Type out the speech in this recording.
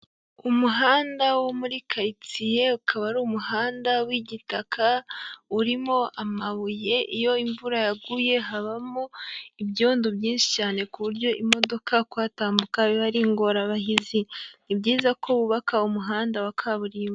Umuhanda wo muri karitsiye, ukaba ari umuhanda w'igitaka urimo amabuye, iyo imvura yaguye habamo ibyondo byinshi cyane ku buryo imodoka kuhatambuka biba ari ingorabahizi. Ni byiza ko wubaka umuhanda wa kaburimbo.